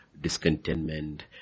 discontentment